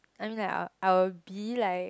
I mean like I'll I will be like